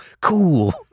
cool